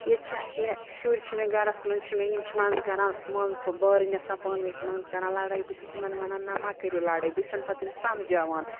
ییٚتہِ چھِ اَسہِ مےٚ شُرۍ چھِ مےٚ گَرَس منٛز چھِ مےٚ یِم چھِ منٛزٕ کَران بارٕنۍ آسان پانہٕ ؤنۍ منٛزٕ کَران لَڑٲے بہٕ چھَس یِمَن وَنان نہ مہ کٔرِو لڑٲے بہٕ چھِسَن پَتہٕ یِم سَمجھاوان